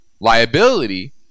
liability